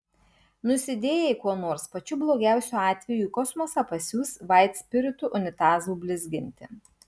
nusidėjai kuo nors pačiu blogiausiu atveju į kosmosą pasiųs vaitspiritu unitazų blizginti